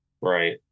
Right